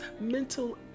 mental